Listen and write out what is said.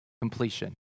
completion